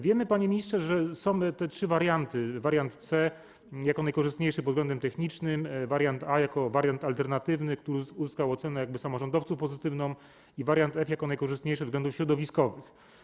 Wiemy, panie ministrze, że są te trzy warianty: wariant C jako najkorzystniejszy pod względem technicznym, wariant A jako wariant alternatywny, który uzyskał pozytywną ocenę samorządowców, i wariant F jako najkorzystniejszy ze względów środowiskowych.